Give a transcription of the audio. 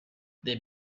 they